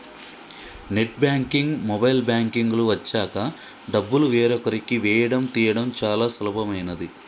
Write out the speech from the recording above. net banking, mobile banking లు వచ్చాక డబ్బులు వేరొకరికి వేయడం తీయడం చాలా సులభమైనది